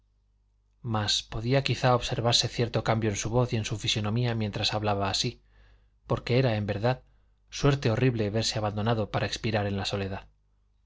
mas podía quizá observarse cierto cambio en su voz y en su fisonomía mientras hablaba así porque era en verdad suerte horrible verse abandonado para expirar en la soledad